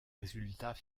résultats